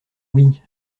oui